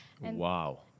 Wow